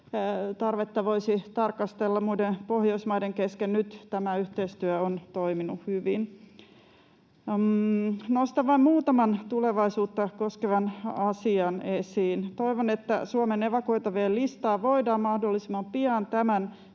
tarvetta voisi tarkastella muiden Pohjoismaiden kanssa. Nyt tämä yhteistyö on toiminut hyvin. Nostan esiin vain muutaman tulevaisuutta koskevan asian: Toivon, että Suomen evakuoitavien listaa voidaan mahdollisimman pian —